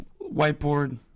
whiteboard